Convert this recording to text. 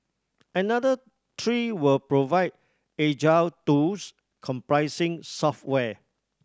another three will provide agile tools comprising software